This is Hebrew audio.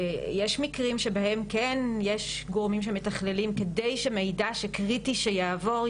יש מקרים שבהם כן יש גורמים שמתכללים כדי שמידע שהוא קריטי שיעבור,